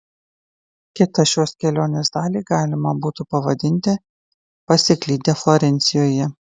kitą šios kelionės dalį galima būtų pavadinti pasiklydę florencijoje